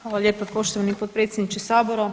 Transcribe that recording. Hvala lijepa poštovani potpredsjedniče sabora.